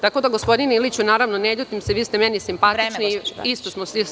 Tako da, gospodine Iliću, naravno, ne ljutim se, vi ste meni simpatični.